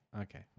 Okay